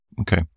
Okay